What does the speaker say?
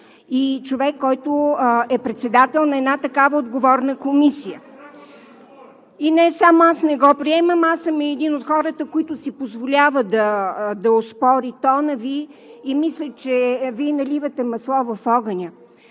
и човек, който е председател на една такава отговорна комисия. (Реплики от ГЕРБ.) И не само аз не го приемам. Аз съм един от хората, които си позволяват да оспорят тона Ви и мисля, че Вие наливате масло в огъня.